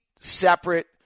separate